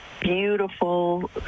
beautiful